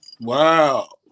Wow